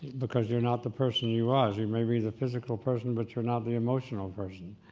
because you're not the person you was. you may be the physical person but you're not the emotional person.